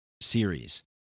series